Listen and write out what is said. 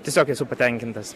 tiesiog esu patenkintas